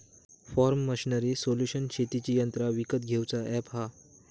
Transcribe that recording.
form machinery solution शेतीची यंत्रा विकत घेऊचा अॅप हा